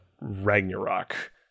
Ragnarok